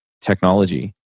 technology